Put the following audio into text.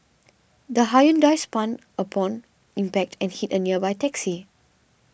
the Hyundai spun upon impact and hit a nearby taxi